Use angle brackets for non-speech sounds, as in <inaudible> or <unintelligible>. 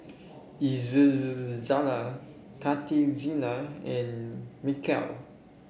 <unintelligible> Khatijah and Mikhail